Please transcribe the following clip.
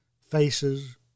faces